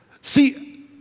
See